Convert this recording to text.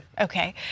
Okay